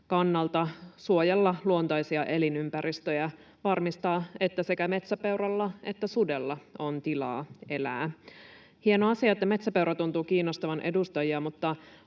kannalta suojella luontaisia elinympäristöjä, varmistaa, että sekä metsäpeuralla että sudella on tilaa elää. On hieno asia, että metsäpeura tuntuu kiinnostavan edustajia, mutta